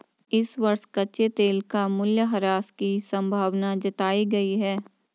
इस वर्ष कच्चे तेल का मूल्यह्रास की संभावना जताई गयी है